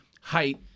height